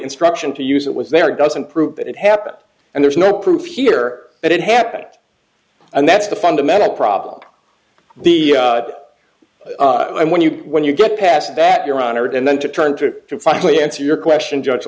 instruction to use it was there doesn't prove that it happened and there's no proof here that it happened and that's the fundamental problem the when you when you get past that you're honored and then to turn to finally answer your question judge